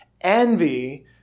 Envy